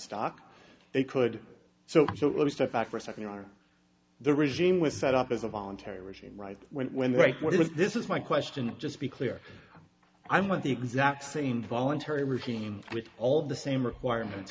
stock they could so so let me step back for a second are the regime was set up as a voluntary regime right when they write what is this is my question just be clear i'm with the exact same voluntary routine with all the same requirements